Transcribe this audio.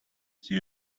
see